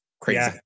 crazy